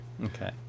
Okay